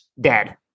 dead